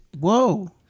Whoa